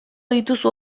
dituzu